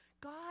God